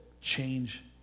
change